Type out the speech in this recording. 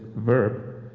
verb,